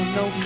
no